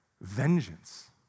vengeance